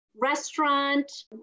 restaurant